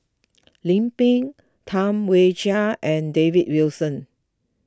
Lim Pin Tam Wai Jia and David Wilson